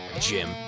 Jim